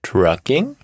Trucking